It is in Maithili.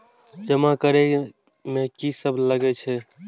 जमा करे में की सब लगे छै?